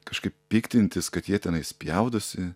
kažkaip piktintis kad jie tenai spjaudosi